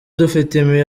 dufite